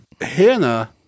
Hannah